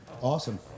Awesome